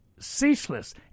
Ceaseless